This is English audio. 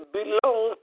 belong